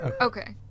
Okay